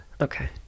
Okay